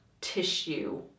tissue